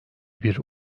bir